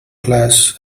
class